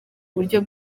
buryo